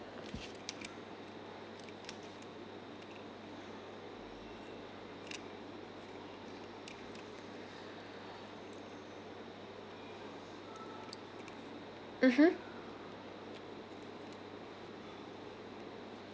mmhmm